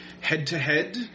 head-to-head